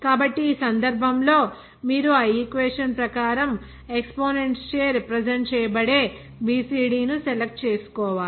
కాబట్టి ఈ సందర్భంలో మీరు ఆ ఈక్వేషన్ ప్రకారం ఎక్సపోనెంట్స్ చే రిప్రజెంట్ చేయబడే b c d ని సెలెక్ట్ చేసుకోవాలి